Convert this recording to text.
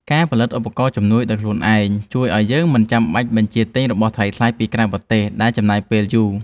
ការផលិតឧបករណ៍ជំនួយដោយខ្លួនឯងជួយឱ្យយើងមិនចាំបាច់បញ្ជាទិញរបស់ថ្លៃៗពីក្រៅប្រទេសដែលចំណាយពេលយូរ។